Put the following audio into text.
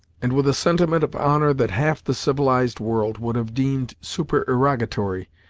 and with a sentiment of honor that half the civilized world would have deemed supererogatory,